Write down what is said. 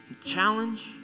challenge